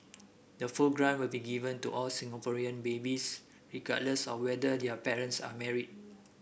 the full grant will be given to all Singaporean babies regardless of whether their parents are married